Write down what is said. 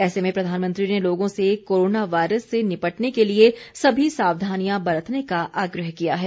ऐसे में प्रधानमंत्री ने लोगों से कोरोना वायरस से निपटने के लिए सभी सावधानियां बरतने का आग्रह किया है